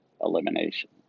elimination